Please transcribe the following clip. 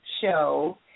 Show